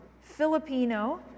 Filipino